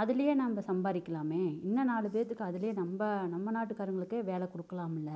அதிலையே நம்ப சம்பாதிக்கலாமே இன்னும் நாலு பேத்துக்கு அதிலையே நம்ம நம்ம நாட்டுக்காரவங்களுக்கே வேலை கொடுக்கலாம்ல